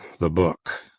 the book